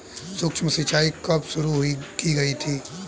सूक्ष्म सिंचाई कब शुरू की गई थी?